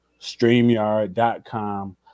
StreamYard.com